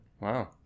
Wow